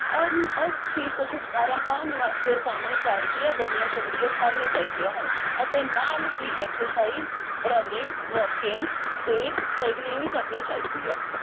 N S ਤੀਜ਼ ਦਾ ਛੁਟਕਾਰਾ ਪਾਉਣ ਵਾਸਤੇ ਸਾਨੂੰ ਘਰਦੀਆਂ ਬਨੀਆ ਸਬਜੀਆਂ ਖਾਣੀਆਂ ਚਾਹੀਦੀਆਂ ਹਨ ਅਤੇ ਨਾਲ ਹੀ ਐਕਸਰਸਾਈਜ ਰਨਿੰਗ ਵੋਕਿੰਗ ਤੇ ਸਾਈਕਲ ਵੀ ਕਰਨੀ ਚਾਹੀਦੀ ਐ